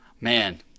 man